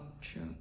true